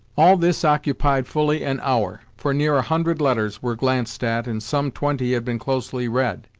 all this occupied fully an hour, for near a hundred letters were glanced at, and some twenty had been closely read.